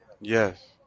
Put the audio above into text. yes